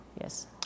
Yes